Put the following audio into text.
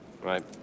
right